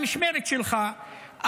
במשמרת שלך,